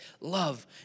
love